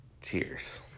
cheers